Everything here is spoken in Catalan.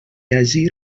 hagi